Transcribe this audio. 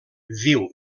viu